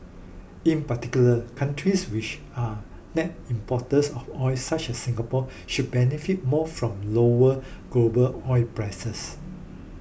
in particular countries which are net importers of oil such as Singapore should benefit more from lower global oil prices